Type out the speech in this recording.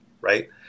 right